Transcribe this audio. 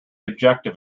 objective